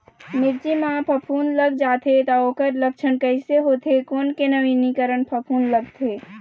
मिर्ची मा फफूंद लग जाथे ता ओकर लक्षण कैसे होथे, कोन के नवीनीकरण फफूंद लगथे?